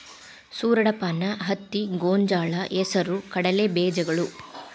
ಸೂರಡಪಾನ, ಹತ್ತಿ, ಗೊಂಜಾಳ, ಹೆಸರು ಕಡಲೆ ಬೇಜಗಳು